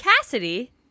Cassidy